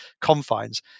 confines